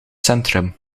centrum